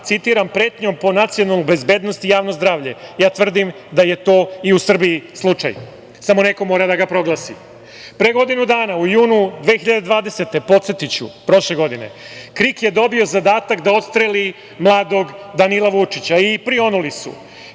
citiram – „pretnja pod nacionalnu bezbednost i javno zdravlje“. Ja tvrdim da je to i u Srbiji slučaj, samo neko mora da ga proglasi. Pre godinu dana, u junu 2020. godine, podsetiću, prošle godine, KRIK je dobio zadatak da odstreli mladog Danila Vučića i prionuli su,